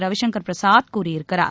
ரவிசங்கர் பிரசாத் கூறியிருக்கிறார்